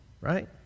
right